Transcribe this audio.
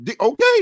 Okay